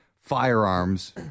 firearms